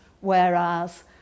whereas